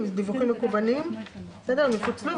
בעדו משתלם המענק מחולק בתקופת העבודה,